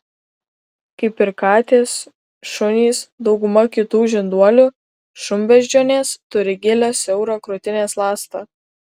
kaip ir katės šunys dauguma kitų žinduolių šunbeždžionės turi gilią siaurą krūtinės ląstą